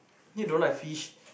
then you don't like fish